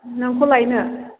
नोंखौ लायनो